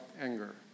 anger